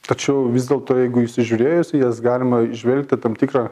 tačiau vis dėlto jeigu įsižiūrėjus į jas galima įžvelgti tam tikrą